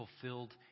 fulfilled